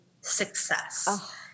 success